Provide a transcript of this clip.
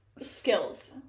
Skills